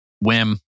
whim